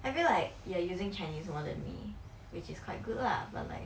I feel like you are using chinese more than me which is quite good lah but like